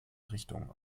richtungen